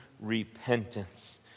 repentance